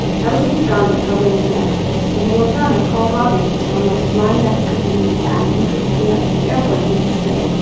i was in uganda covering the elections. when they were done i called robert to tell him i was flying back to kenya, and to ask him to pick me up at the airport the next day.